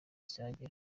kizagera